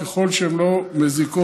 ככל שהן לא מזיקות